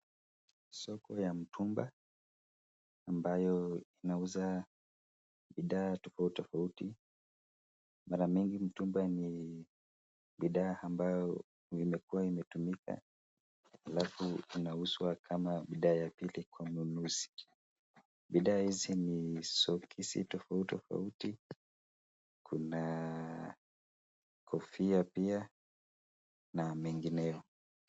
Soko ya mtumba ambayo inauza bidhaa tofauti tofauti. Mara mingi, mtumba ni bidhaa ambayo imekuwa imetumika halafu inauzwa kama bidhaa ya pili kwa mnunuzi. Bidhaa hizi ni soksi tofauti tofauti. Kuna kofia pia na mengineo.